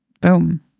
boom